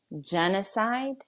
genocide